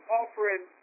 offering